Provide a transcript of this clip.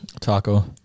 Taco